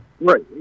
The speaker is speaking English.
Right